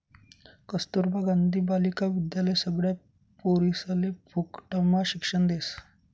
कस्तूरबा गांधी बालिका विद्यालय सगळ्या पोरिसले फुकटम्हा शिक्षण देस